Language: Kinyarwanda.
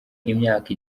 imyaka